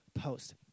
post